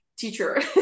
teacher